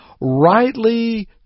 rightly